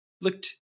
looked